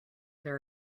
there